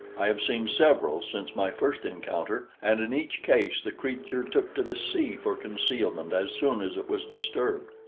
i have seen several since my first encounter, and in each case the creature took to the sea for concealment as soon as it was disturbed.